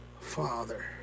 father